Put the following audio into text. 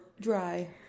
dry